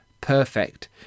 perfect